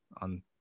on